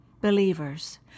Believers